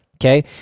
Okay